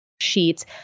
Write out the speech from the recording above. sheets